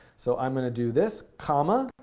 so i'm going to do this comma